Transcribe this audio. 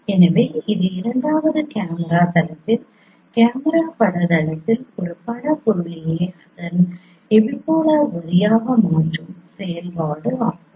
எனவே இது இரண்டாவது கேமரா தளத்தில் இரண்டாவது பட தளத்தில் ஒரு பட புள்ளியை அதன் எபிபோலார் வரியாக மாற்றும் செயல்பாடு ஆகும்